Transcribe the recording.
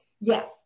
Yes